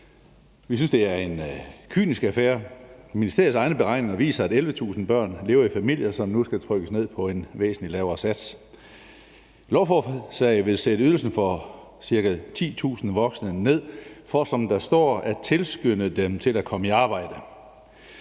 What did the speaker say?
Vi synes, det er en kynisk affære. Ministeriets egne beregninger viser, at 11.000 børn lever i familier, som nu skal trykkes ned på en væsentlig lavere sats. Lovforslaget vil sætte ydelsen for ca. 10.000 voksne ned for, som der står, at tilskynde dem til at komme i arbejde.